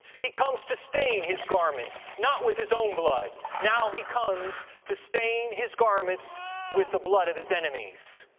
he comes to stain his garments, not with his own blood, now he comes to stain his garments with the blood of his enemies.